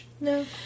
No